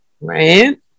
right